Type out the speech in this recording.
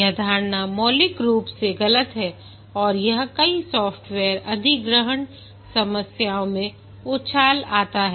यह धारणा मौलिक रूप से गलत है और कई सॉफ्टवेयर अधिग्रहण समस्याओं मैं उछाल आता है